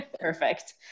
perfect